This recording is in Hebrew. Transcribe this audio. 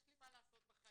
יש לי מה לעשות בחיים.